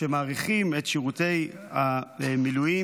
שמאריכים את שירות המילואים,